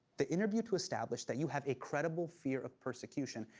the interview to establish that you have a credible fear of persecution.